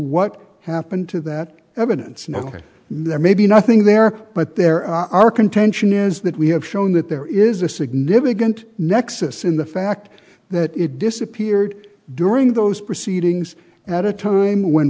what happened to that evidence no there may be nothing there but there are contention is that we have shown that there is a significant nexus in the fact that it disappeared during those proceedings at a time when